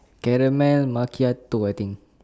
caramel macchiato I think